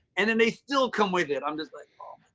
and then they still come with it. i'm just like.